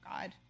God